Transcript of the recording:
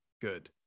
good